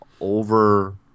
over